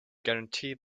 guarantee